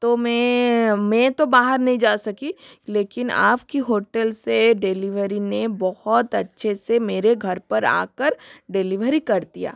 तो मैं मैं तो बाहर नहीं जा सकी लेकिन आपकी होटेल से डेलिव्हरी ने बहुत अच्छे से मेरे घर पर आ कर डेलिव्हरी कर दिया